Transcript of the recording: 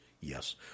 Yes